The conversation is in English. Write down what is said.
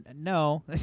no